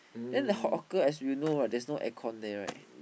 then the hawker as you know right there's no air con there right